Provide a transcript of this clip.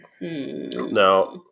Now